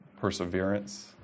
perseverance